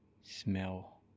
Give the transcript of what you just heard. smell